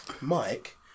Mike